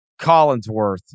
Collinsworth